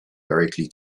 directly